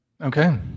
Okay